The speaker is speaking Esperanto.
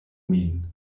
min